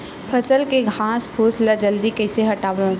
फसल के घासफुस ल जल्दी कइसे हटाव?